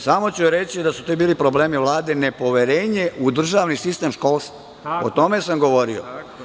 Samo ću reći da su to bili problemi Vlade, nepoverenje u državni sistem školstva, o tome sam govorio.